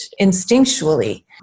instinctually